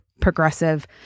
progressive